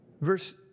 Verse